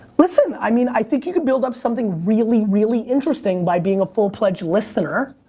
listen, i mean, i think you could build up something really, really interesting by being a full-pledge listener.